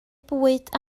bwyd